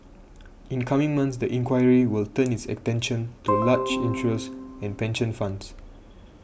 in coming months the inquiry will turn its attention to large insurers and pension funds